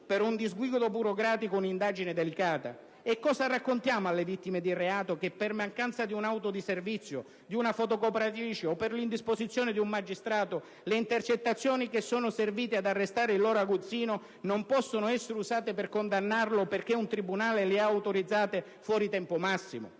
per un disguido burocratico, un'indagine delicata? E cosa raccontiamo alle vittime di reato? Che per mancanza di un'auto di servizio, di una fotocopiatrice o per l'indisposizione di un magistrato le intercettazioni che sono servite ad arrestare il loro aguzzino non possono essere usate per condannarlo perché un tribunale le ha autorizzate fuori tempo massimo?